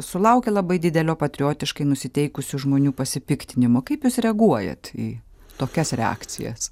sulaukė labai didelio patriotiškai nusiteikusių žmonių pasipiktinimo kaip jūs reaguojat į tokias reakcijas